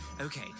Okay